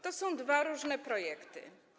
To są dwa różne projekty.